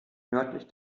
nördlich